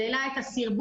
זה העלה את הסרבול,